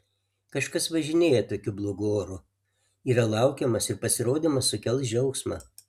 kažkas važinėja tokiu blogu oru yra laukiamas ir pasirodymas sukels džiaugsmą